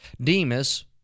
Demas